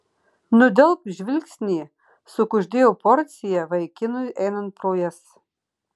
nudelbk žvilgsnį sukuždėjo porcija vaikinui einant pro jas